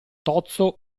tozzo